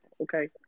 okay